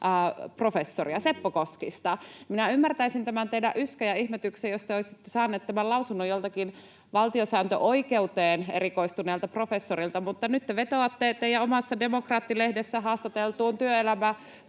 työelämäprofessori Seppo Koskista. Minä ymmärtäisin tämän teidän yskänne ja ihmetyksenne, jos te olisitte saaneet tämän lausunnon joltakin valtiosääntöoikeuteen erikoistuneelta professorilta, mutta nyt te vetoatte teidän omassa Demokraatti-lehdessänne haastateltuun